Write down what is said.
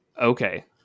Okay